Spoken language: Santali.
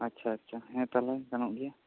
ᱟᱪᱪᱷᱟ ᱟᱪᱪᱷᱟ ᱦᱮᱸ ᱛᱟᱦᱚᱞᱮ ᱜᱟᱱᱚᱜ ᱜᱮᱭᱟ